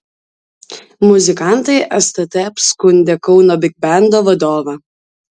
muzikantai stt apskundė kauno bigbendo vadovą